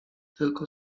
tylko